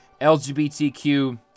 LGBTQ